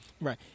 Right